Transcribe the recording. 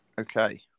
okay